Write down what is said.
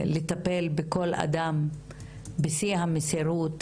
לטפל בכל אדם בשיא המסירות,